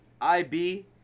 IB